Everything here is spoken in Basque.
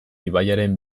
ibaiaren